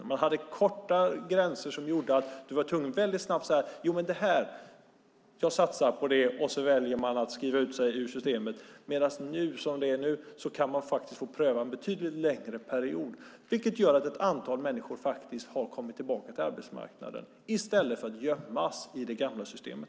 Tidigare hade man korta gränser som gjorde att du var tvungen att snabbt säga att du satsade på ett visst område. Därmed valde man att skriva ut sig ur systemet. Som det är nu kan man få pröva under en betydligt längre period. Det har gjort att ett antal människor kommit tillbaka till arbetsmarknaden i stället för att gömmas i det gamla systemet.